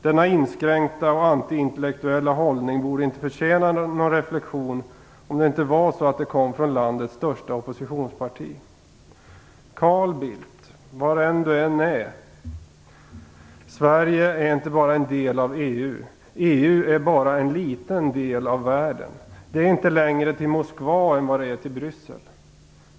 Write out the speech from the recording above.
Denna inskränkta och antiintellektuella hållning borde inte förtjäna någon reflexion om det inte var så att den kom från landets största oppositionsparti. Carl Bildt, var du än är, Sverige är inte bara en del av EU. EU är bara en liten del av världen. Det är inte längre till Moskva än vad det är till Bryssel.